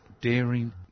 daring